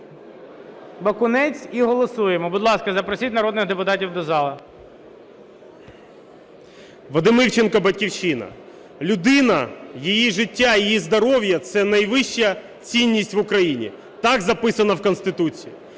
Вадим Івченко, "Батьківщина". Людина, її життя, її здоров'я – це найвища цінність в Україні. Так записано в Конституції.